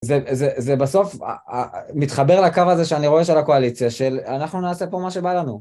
זה בסוף מתחבר לקו הזה שאני רואה של הקואליציה של אנחנו נעשה פה מה שבא לנו.